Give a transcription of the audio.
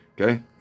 Okay